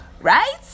right